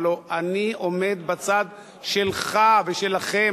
הלוא אני עומד בצד שלך ושלכם,